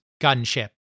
Gunship